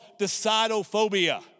decidophobia